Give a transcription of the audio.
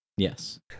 Yes